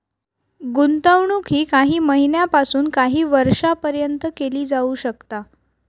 गुंतवणूक ही काही महिन्यापासून काही वर्षापर्यंत केली जाऊ शकता